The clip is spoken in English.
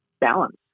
balance